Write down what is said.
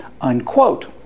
unquote